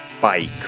bike